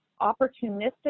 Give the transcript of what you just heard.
opportunistic